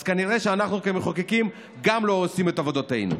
אז כנראה שגם אנחנו כמחוקקים לא עושים את עבודתנו.